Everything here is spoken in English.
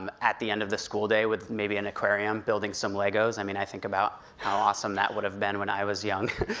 um at the end of the school day, with maybe an aquarium, building some legos. i mean, i think about how awesome that would have been when i was young,